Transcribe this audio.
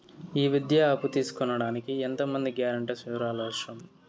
ఈ విద్యా అప్పు తీసుకోడానికి ఎంత మంది గ్యారంటర్స్ వివరాలు అవసరం?